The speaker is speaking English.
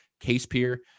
CasePeer